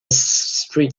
street